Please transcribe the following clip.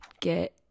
get